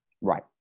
Right